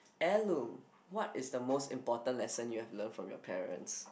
what is the most important lesson you have learned from your parents